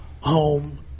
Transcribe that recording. home